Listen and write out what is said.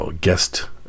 guest